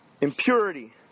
impurity